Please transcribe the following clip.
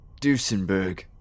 Dusenberg